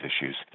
issues